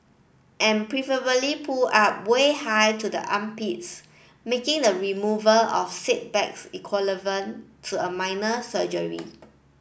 and preferably pulled up way high to the armpits making the removal of said bags equivalent to a minor surgery